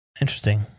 Interesting